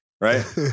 Right